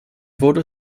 wurde